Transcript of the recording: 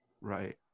Right